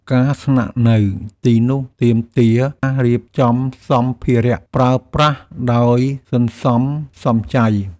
ការស្នាក់នៅទីនេះទាមទារការរៀបចំសម្ភារៈប្រើប្រាស់ដោយសន្សំសំចៃ។